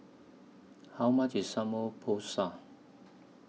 How much IS Samgeyopsal